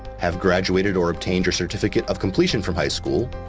have graduated or obtained your certificate of completion from high school,